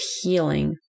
healing